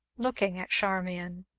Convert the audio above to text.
looking at charmian,